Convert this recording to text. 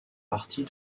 partie